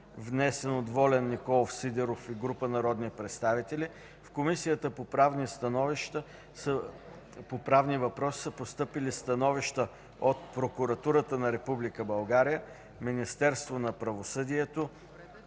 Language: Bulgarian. внесен от Волен Николов Сидеров и група народни представители, в Комисията по правни въпроси са постъпили становища от Прокуратурата на Република България, Министерството на правосъдието